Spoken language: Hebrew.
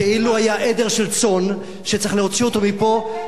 כאילו היה עדר של צאן שצריך להוציא אותו מפה,